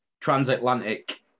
transatlantic